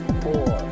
four